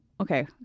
Okay